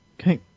Okay